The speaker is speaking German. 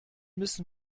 müssen